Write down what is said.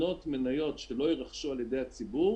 לקנות מניות שלא יירכשו על ידי הציבור